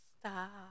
Stop